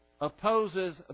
opposes